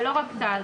ולא רק צה"ל,